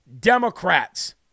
Democrats